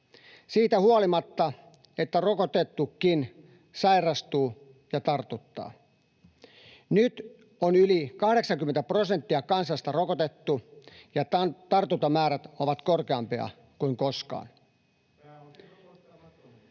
siitä huolimatta, että rokotettukin sairastuu ja tartuttaa. Nyt on yli 80 prosenttia kansasta rokotettu, ja tartuntamäärät ovat korkeampia kuin koskaan. [Aki Lindén: